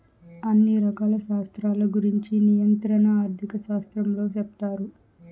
అన్ని రకాల శాస్త్రాల గురుంచి నియంత్రణ ఆర్థిక శాస్త్రంలో సెప్తారు